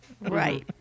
Right